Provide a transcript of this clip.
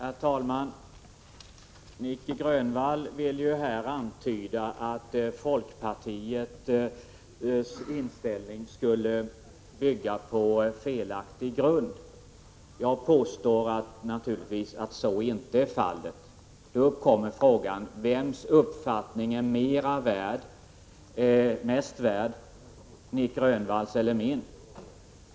Herr talman! Nic Grönvall vill antyda att folkpartiets inställning skulle bygga på en felaktig grund. Jag påstår att så inte är fallet. Då uppkommer frågan: Vems uppfattning är mest värd, Nic Grönvalls eller min?